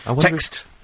Text